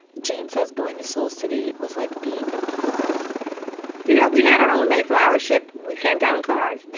jane says, going to soul city was like being a pilgrim you know, we had our own mayflower ship. we came down in cars.